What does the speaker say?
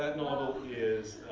that novel is,